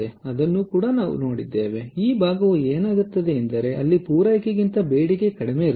ಆದ್ದರಿಂದ ಈ ಭಾಗವು ಏನಾಗುತ್ತದೆ ಎಂದರೆ ಅಲ್ಲಿ ಪೂರೈಕೆಗಿಂತ ಬೇಡಿಕೆ ಕಡಿಮೆ ಇರುತ್ತದೆ